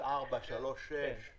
שאושרו בוועדה הזו ואני מצטרף אליך,